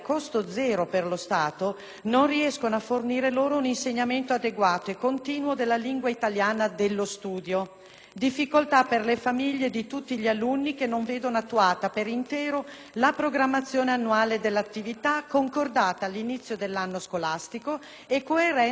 riescono a fornire loro un insegnamento adeguato e continuo della lingua italiana; difficoltà per le famiglie di tutti gli alunni che non vedono attuata per intero la programmazione annuale dell'attività concordata all'inizio dell'anno scolastico e coerente con le indicazioni nazionali,